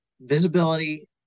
visibility